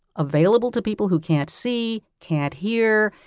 available to people who can't see, can't hear,